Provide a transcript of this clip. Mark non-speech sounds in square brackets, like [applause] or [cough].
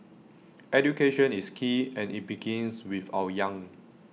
[noise] education is key and IT begins with our young